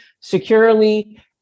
securely